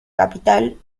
capital